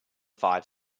five